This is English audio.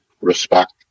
respect